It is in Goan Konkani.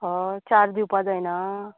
हय चार दिवपा जायना आं